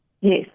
Yes